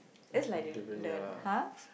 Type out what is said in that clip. that's like the the !huh!